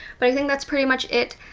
but i think that's pretty much it.